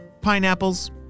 Pineapples